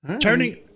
turning